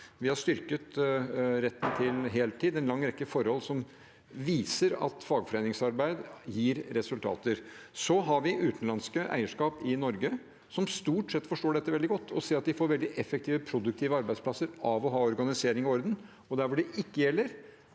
Vi har også styrket retten til heltid. Det er en lang rekke forhold som viser at fagforeningsarbeid gir resultater. Vi har utenlandsk eierskap i Norge som stort sett forstår dette veldig godt, og ser at de får veldig effektive og produktive arbeidsplasser av å ha organisering og orden. Der hvor det ikke gjelder,